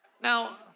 Now